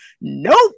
nope